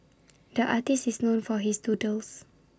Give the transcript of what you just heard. the artist is known for his doodles